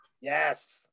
yes